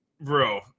bro